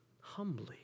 humbly